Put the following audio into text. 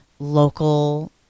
Local